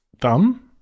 thumb